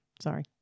Sorry